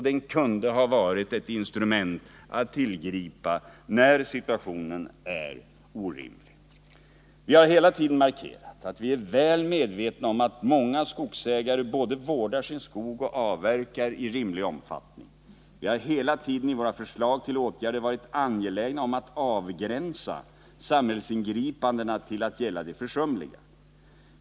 Den kunde ha varit ett instrument att tillgripa när situationen är orimlig. Vi har hela tiden markerat att vi är väl medvetna om att många skogsägare både vårdar sin skog och avverkar i rimlig omfattning. Vi har hela tiden i våra förslag till åtgärder varit angelägna om att avgränsa samhällsingripandena till att gälla de försumliga skogsägarna.